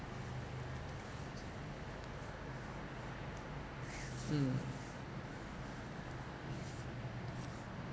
mm